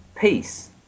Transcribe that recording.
peace